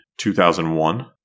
2001